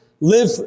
live